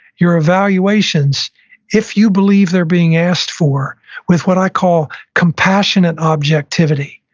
your evaluations if you believe they're being asked for with what i call compassionate objectivity,